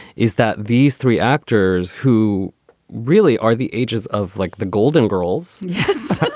is that these three actors who really are the ages of like the golden girls yes.